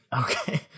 Okay